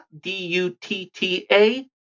D-U-T-T-A